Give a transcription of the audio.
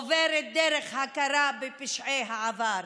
עוברת דרך הכרה בפשעי העבר.